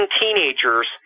teenagers